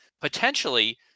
potentially